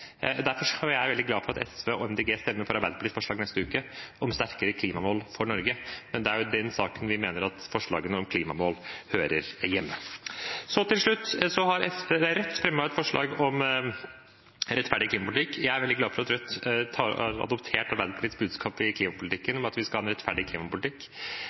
Derfor er jeg veldig glad for at SV og MDG stemmer for Arbeiderpartiets forslag neste uke om sterkere klimamål for Norge, men det er i den saken vi mener at forslagene om klimamål hører hjemme. Så til slutt: Rødt har fremmet et forslag om rettferdig klimapolitikk. Jeg er veldig glad for at Rødt har adoptert Arbeiderpartiets budskap i klimapolitikken om at vi skal ha en rettferdig klimapolitikk.